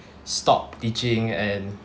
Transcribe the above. stop teaching and